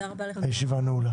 הישיבה נעולה.